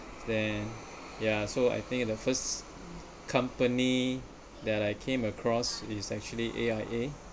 then ya so I think the first company that I came across is actually A_I_A